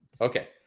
Okay